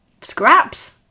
Scraps